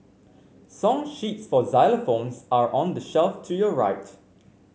song sheets for xylophones are on the shelf to your right